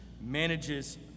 manages